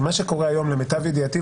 כי מה שקורה היום למיטב ידיעתי,